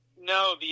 no